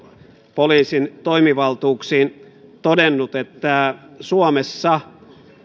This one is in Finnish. poliisin toimivaltuuksiin todennut että suomessa